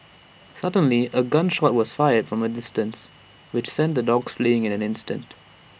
suddenly A gun shot was fired from A distance which sent the dogs fleeing in an instant